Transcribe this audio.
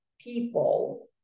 people